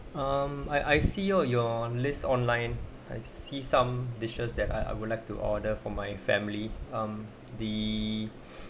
um I I see your your list online I see some dishes that I I would like to order for my family um the